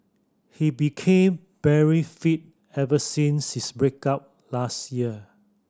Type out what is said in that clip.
he became very fit ever since his break up last year